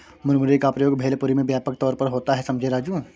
मुरमुरे का प्रयोग भेलपुरी में व्यापक तौर पर होता है समझे राजू